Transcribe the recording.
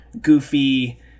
goofy